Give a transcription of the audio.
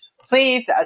Please